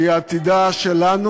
שזה העתיד שלנו,